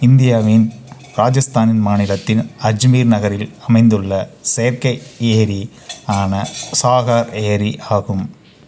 இந்தியாவின் ராஜஸ்தானின் மாநிலத்தின் அஜ்மீர் நகரில் அமைந்துள்ள செயற்கை ஏரி ஆன சாகர் ஏரி ஆகும்